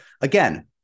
again